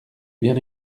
bien